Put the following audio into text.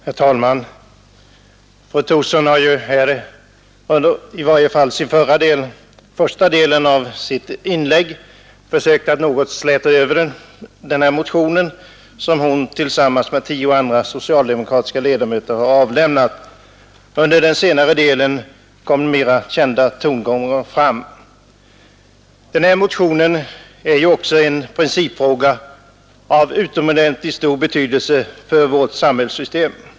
Herr talman! Fru Thorsson har här i varje fall i första delen av sitt inlägg försökt att något släta över den motion, som hon tillsammans med tio andra socialdemokratiska ledamöter har avlämnat. I den senare delen av anförandet kom mera kända tongångar fram. Denna motion gäller också en principfråga av utomordentligt stor betydelse för vårt samhällssystem.